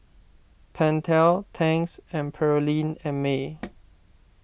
Pentel Tangs and Perllini and Mel